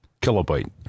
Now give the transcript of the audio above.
kilobyte